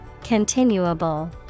Continuable